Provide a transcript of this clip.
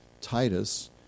Titus